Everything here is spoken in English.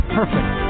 perfect